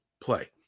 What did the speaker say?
play